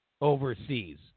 overseas